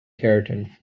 keratin